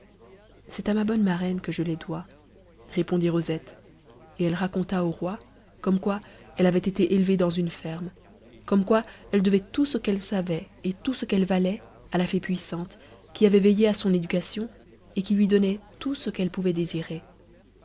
c'est à ma bonne marraine que je les dois répondit rosette et elle raconta au roi comme quoi elle avait été élevée dans une ferme comme quoi elle devait tout ce qu'elle savait et tout ce qu'elle valait à la fée puissante qui avait veillé à son éducation et qui lui donnait tout ce qu'elle pouvait désirer